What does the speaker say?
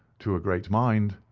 to a great mind,